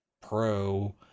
Pro